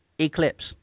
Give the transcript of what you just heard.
Eclipse